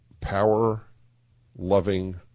power-loving